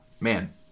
Man